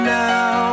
now